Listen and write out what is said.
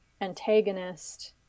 antagonist